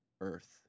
earth